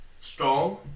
strong